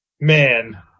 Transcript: Man